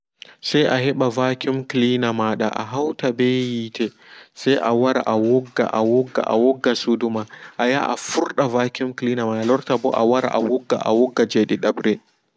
Se a heɓa vacuum cleaner ma ahauta ɓe yiite se a wara a wogga a wogga a wogga suduma a yaha a fuɗa vacuum clearner may a wogg je ɗiɗaɓre.